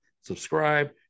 subscribe